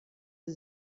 sie